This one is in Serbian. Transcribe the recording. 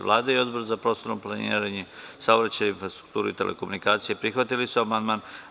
Vlada i Odbor za prostorno planiranje, saobraćaj, infrastrukturu i telekomunikacije prihvatili su amandman.